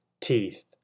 teeth